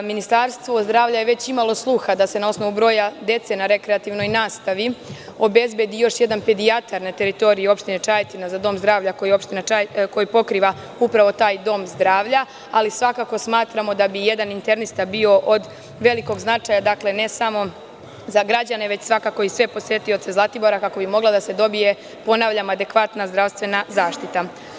Ministarstvo zdravlja je već imalo sluha da se na osnovu broja dece na rekreativnoj nastavi obezbedi još jedan pedijatar na teritoriji opštine Čajetina za Dom zdravlja, koji pokriva upravo taj dom zdravlja, ali svakako smatramo da bi jedan internista bio od velikog značaja ne samo za građane, već svakako i sve posetioce Zlatibora, kako bi mogla da se dobije, ponavljam, adekvatna zdravstvena zaštita.